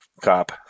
cop